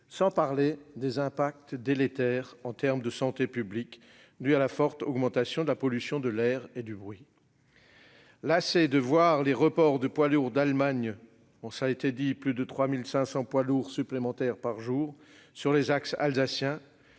sans parler des effets délétères en termes de santé publique, en raison de la forte augmentation de la pollution de l'air et du bruit. Lassé de voir les reports de poids lourds d'Allemagne- comme cela a été indiqué, il y a plus de 3 500 poids lourds supplémentaires par jour -sur les axes alsaciens,